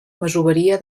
masoveria